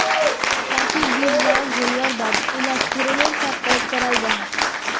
काफी बीज लाक घोल्वार बाद उलाक चुर्नेर सा पैक कराल जाहा